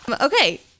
okay